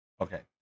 Okay